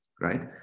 right